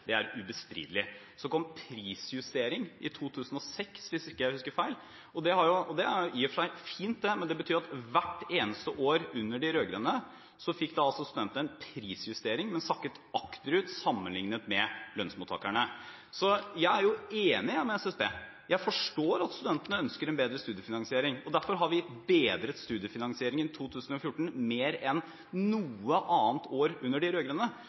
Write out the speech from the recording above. Det er ubestridelig. Så kom det prisjustering i 2006, hvis jeg ikke husker feil, og det er i og for seg fint, men det betyr at hvert eneste år under de rød-grønne fikk studentene en prisjustering, men sakket akterut sammenliknet med lønnsmottakerne. Jeg er enig med SSB, jeg forstår at studentene ønsker en bedre studiefinansiering, derfor har vi bedret studiefinansieringen i 2014 mer enn noe annet år under de